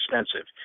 expensive